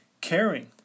caring